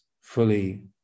fully